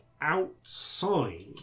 outside